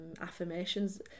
affirmations